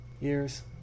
years